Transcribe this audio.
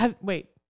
Wait